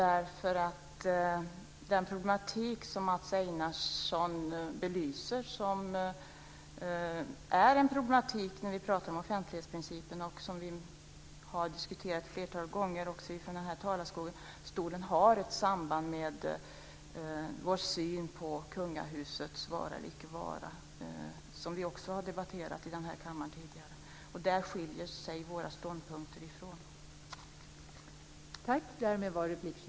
Fru talman! Den problematik som Mats Einarsson belyser är en problematik som vi har diskuterat ett flertal gånger när vi pratar om offentlighetsprincipen. Den har ett samband med vår syn på kungahusets vara eller icke vara. Det har vi också debatterat här i kammaren tidigare. Där skiljer sig våra ståndpunkter från varandra.